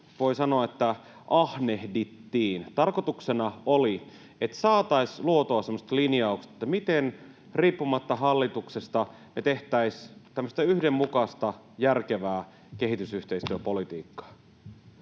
voi sanoa, ahnehdittiin. Tarkoituksena oli, että saataisiin luotua semmoiset linjaukset, miten riippumatta hallituksesta me tehtäisiin tämmöistä yhdenmukaista, järkevää kehitysyhteistyöpolitiikkaa.